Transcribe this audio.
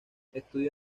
estudió